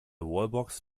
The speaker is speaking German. wallbox